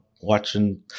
watching